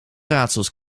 raadsels